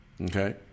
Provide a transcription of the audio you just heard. Okay